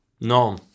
No